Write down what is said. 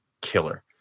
killer